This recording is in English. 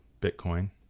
Bitcoin